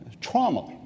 trauma